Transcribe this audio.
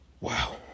wow